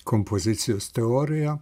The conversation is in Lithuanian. kompozicijos teorija